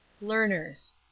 Learners